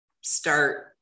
start